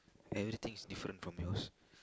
everything's different from yours